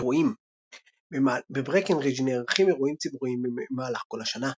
אירועים בברקנרידג' נערכים אירועים ציבוריים במהלך כל השנה.